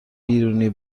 بیرونی